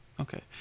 Okay